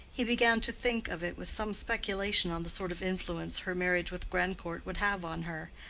he began to think of it with some speculation on the sort of influence her marriage with grandcourt would have on her,